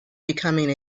becoming